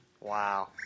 Wow